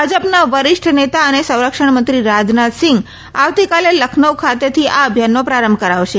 ભાજપના વરિષ્ઠ નેતા અને સંરક્ષણ મંત્રી રાજનાથસીંઘ આવતીકાલે લખનૌ ખાતેથી આ અભિયાનનો પ્રારંભ કરાવશે